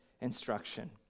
instruction